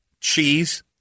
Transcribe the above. Cheese